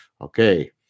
Okay